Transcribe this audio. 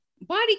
body